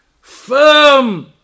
firm